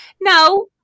no